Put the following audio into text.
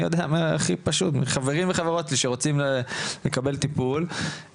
אני יודע הכי פשוט מחברים וחברות שלי שרוצים לקבל טיפול,